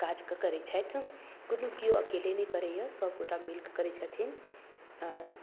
काज कऽ करै छथि कोनो केओ अकेले नहि करैए सभगोटा मिलिकऽ करै छथिन